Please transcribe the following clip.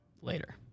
later